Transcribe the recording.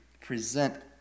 present